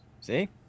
See